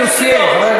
תודה.